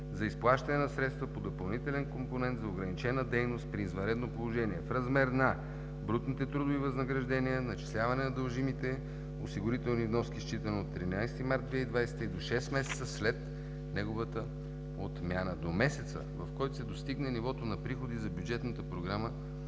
за изплащане на средства по допълнителен компонент за ограничена дейност при извънредно положение в размер на брутните трудови възнаграждения, начисляване на дължимите осигурителни вноски, считано от 13 март 2020 г., и до шест месеца след неговата отмяна до месеца, в който се достигне нивото на приходи за бюджетната програма